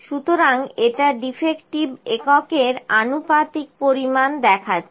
সুতরাং এটা ডিফেক্টিভ এককের আনুপাতিক পরিমাণ দেখাচ্ছে